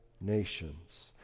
nations